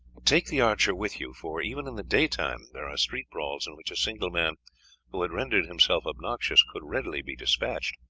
take the archer with you, for even in the daytime there are street brawls in which a single man who had rendered himself obnoxious could readily be despatched.